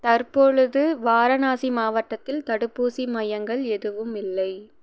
தற்பொழுது வாரணாசி மாவட்டத்தில் தடுப்பூசி மையங்கள் எதுவும் இல்லை